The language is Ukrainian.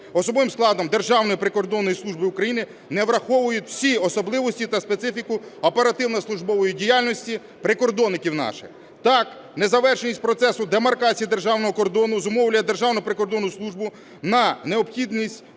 особовим складом Державної прикордонної служби України не враховують всі особливості та специфіку оперативно-службової діяльності прикордонників наших. Так, незавершеність процесу демаркації державного кордону зумовлює Державну прикордонну службу на необхідність